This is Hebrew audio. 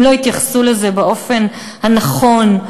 אם לא יתייחסו לזה באופן הנכון,